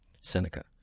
seneca